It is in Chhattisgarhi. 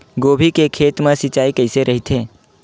गोभी के खेत मा सिंचाई कइसे रहिथे?